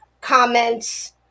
comments